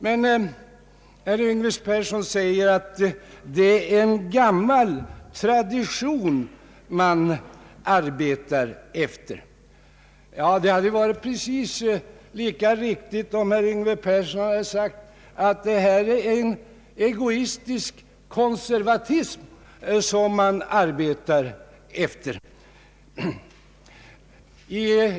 Herr Yngve Persson säger att det är en gammal tradition som man följer. Det hade varit precis lika riktigt om herr Persson sagt att det är en egoistisk konservatism som man handlar efter.